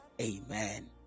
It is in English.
Amen